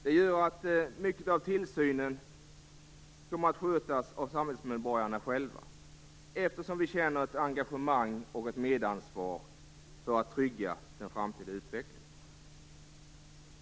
Det gör att mycket av tillsynen kommer att skötas av samhällsmedborgarna själva, eftersom vi känner ett engagemang och ett medansvar för att trygga den framtida utvecklingen.